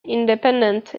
independent